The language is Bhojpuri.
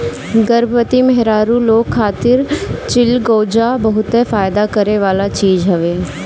गर्भवती मेहरारू लोग खातिर चिलगोजा बहते फायदा करेवाला चीज हवे